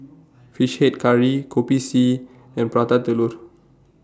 Fish Head Curry Kopi C and Prata Telur